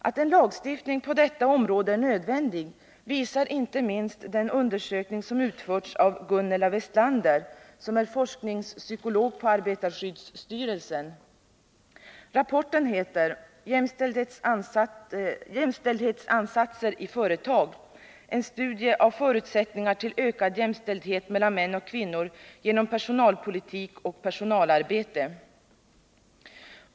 Att en lagstiftning på detta område är nödvändig visar inte minst den undersökning som utförts av Gunnela Westlander, forskningspsykolog på arbetarskyddsstyrelsen. Rapporten heter Jämställdhetsansatser i företag. En studie av förutsättningar till ökad jämställdhet mellan män och kvinnor genom personalpolitik och personalarbete.